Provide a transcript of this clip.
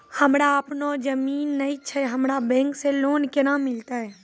हमरा आपनौ जमीन नैय छै हमरा बैंक से लोन केना मिलतै?